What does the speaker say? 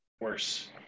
Worse